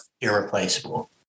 irreplaceable